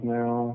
now